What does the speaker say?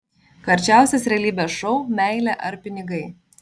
karčiausias realybės šou meilė ar pinigai